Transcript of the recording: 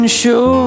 show